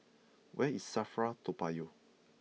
where is Safra Toa Payoh